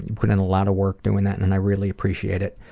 and put in a lot of work doing that and i really appreciate it.